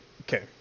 okay